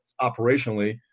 operationally